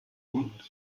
und